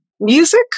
music